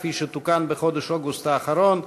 כפי שתוקן בחודש אוגוסט האחרון,